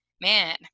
man